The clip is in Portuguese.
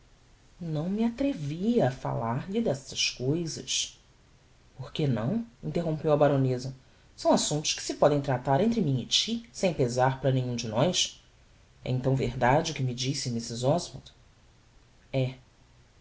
não me atrevia a falar-lhe destas cousas porque não interrompeu a baroneza são assumptos que se podem tratar entre mim e ti sem desar para nemhum de nós é então verdade o que me disse mrs oswald é